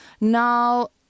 Now